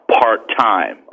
part-time